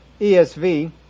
ESV